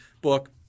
book